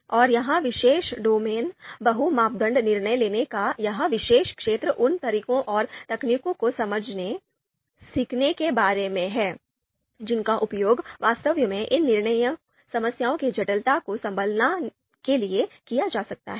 और यह विशेष डोमेन बहु मापदंड निर्णय लेने का यह विशेष क्षेत्र उन तरीकों और तकनीकों को समझने सीखने के बारे में है जिनका उपयोग वास्तव में इन निर्णय समस्याओं की जटिलता को संभालने के लिए किया जा सकता है